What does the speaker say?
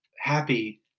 happy